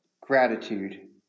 gratitude